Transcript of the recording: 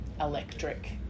electric